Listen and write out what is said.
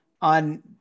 on